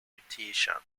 mutation